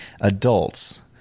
adults